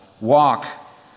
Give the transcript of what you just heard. walk